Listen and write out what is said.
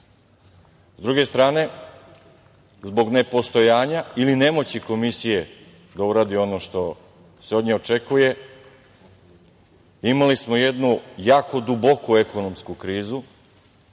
druge strane, zbog nepostojanja ili nemoći Komisije da uradi ono što se od nje očekuje imali smo jednu jako duboku ekonomsku krizu